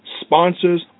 sponsors